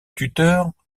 tuteur